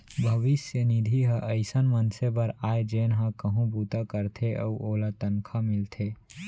भविस्य निधि ह अइसन मनसे बर आय जेन ह कहूँ बूता करथे अउ ओला तनखा मिलथे